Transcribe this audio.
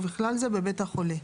ובכלל זה בבית החולה.